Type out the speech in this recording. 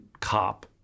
cop